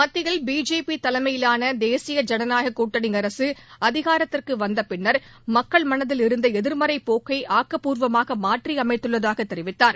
மத்தியில் பிஜேபி தலைமையிலான தேசிய ஜனநாயக கூட்டணி அரசு அதிகாரத்திற்கு வந்த பின்னர் மக்கள் மனதில் இருந்த எதிர்மறைப் போக்கை ஆக்கபூர்வமாக மாற்றியமைத்துள்ளதாக தெரிவித்தார்